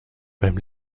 beim